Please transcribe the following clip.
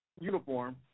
uniform